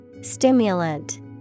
Stimulant